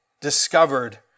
discovered